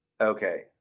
Okay